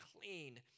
clean